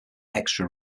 extra